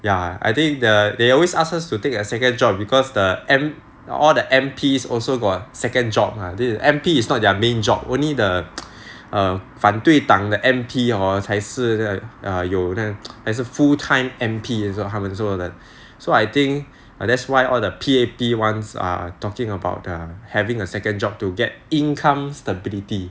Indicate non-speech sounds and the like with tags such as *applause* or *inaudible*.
ya I think the they always ask us to take a second job because the M all the M_P also got second job ah the M_P is not their main job only the *noise* err 反对党的 M_P hor 才是有那 as a full time M_P 也是他们说的 so I think that's why all the P_A_P ones are talking about the having a second job to get income stability